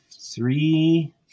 three